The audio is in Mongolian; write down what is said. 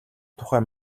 тухай